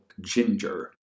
ginger